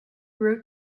wrote